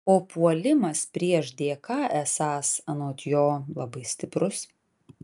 o puolimas prieš dk esąs anot jo labai stiprus